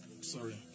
Sorry